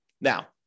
Now